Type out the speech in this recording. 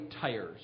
tires